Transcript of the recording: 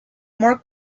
more